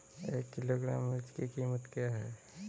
एक किलोग्राम मिर्च की कीमत क्या है?